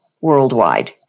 worldwide